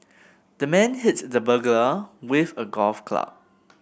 the man hit the burglar with a golf club